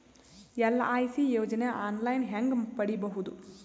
LIC ಯೋಜನೆ online ಹೇಂಗ ಪಡಿಬಹುದು?